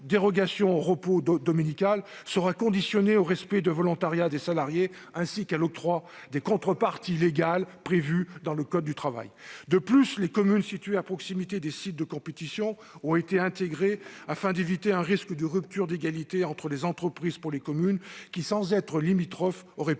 dérogation au repos dominical sera conditionnée au respect du volontariat des salariés, ainsi qu'à l'octroi des contreparties légales inscrites dans le code du travail. De plus, si les communes situées à proximité des sites de compétition ont été intégrées, c'est afin d'éviter un risque de rupture d'égalité entre les entreprises pour les communes qui, sans être limitrophes, auraient pu